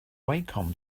wacom